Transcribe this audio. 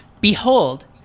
Behold